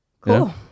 Cool